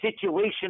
situation